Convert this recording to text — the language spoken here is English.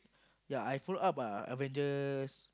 ya I follow up ah Avengers